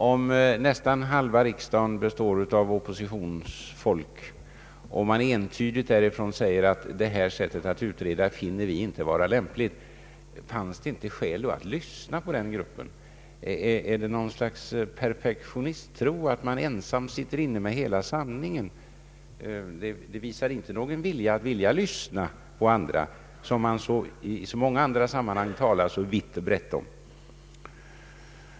Om nästan halva riksdagen består av oppositionsfolk som entydigt säger att det här sättet att utreda finner vi inte lämpligt, skulle det då inte finnas skäl att lyssna till den gruppen? Är det något slags perfektionism som gör att man tror sig sitta inne med hela sanningen? Det visar i varje fall inte någon vilja att lyssna på andra, som man ju i så många andra sammanhang talar så vitt och brett om.